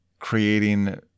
creating